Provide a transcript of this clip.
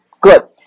Good